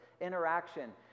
interaction